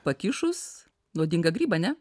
pakišus nuodingą grybą ne